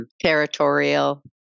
territorial